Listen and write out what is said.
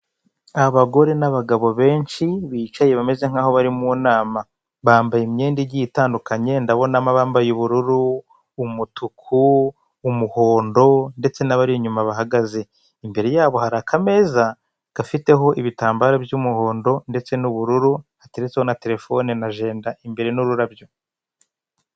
Abagore n'abagabo benshi bicaye bameze nkaho bari mu nama bambaye imyenda igiye itandukanye ndabonamo abambaye ubururu, umutuku, umuhondo ndetse n'abari inyuma bahagaze. Imbere yabo hari akameza gafiteho ibitambaro by'umugondo ndeste n'ubururu hateretseho na terefone n'ajenda imbere n'ururabyo.